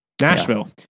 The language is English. Nashville